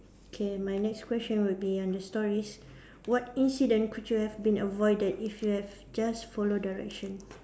K my next question would be under stories what incident could you have been avoided if you have just follow direction